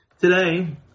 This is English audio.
Today